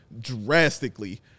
drastically